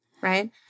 right